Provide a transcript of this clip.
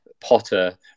Potter